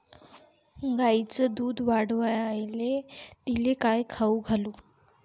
गायीचं दुध वाढवायले तिले काय खाऊ घालू?